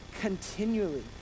continually